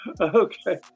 Okay